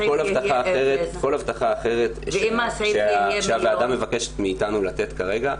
כל הבטחה אחרת שהוועדה מבקשת מאתנו לתת כרגע,